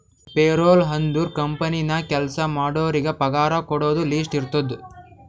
payroll ಅಂದುರ್ company ನಾಗ್ ಕೆಲ್ಸಾ ಮಾಡೋರಿಗ ಪಗಾರ ಕೊಡೋದು ಲಿಸ್ಟ್ ಇರ್ತುದ್